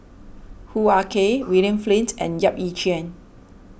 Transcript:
Hoo Ah Kay William Flint and Yap Ee Chian